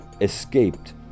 escaped